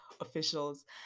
officials